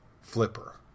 flipper